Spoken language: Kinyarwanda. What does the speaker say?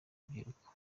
urubyiruko